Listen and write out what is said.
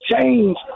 change